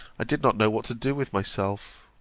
i did not know what to do with myself.